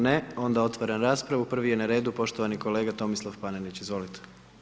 Ne, onda otvaram raspravu, prvi je na redu poštovani kolega Tomislav Panenić, izvolite.